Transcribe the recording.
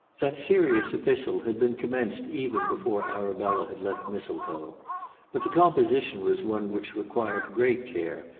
that serious epistle had been commenced even before arabella had left mistletoe but the composition was one which required great care,